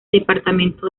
departamento